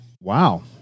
Wow